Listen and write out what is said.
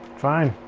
fine.